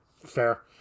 Fair